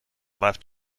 left